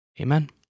Amen